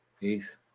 peace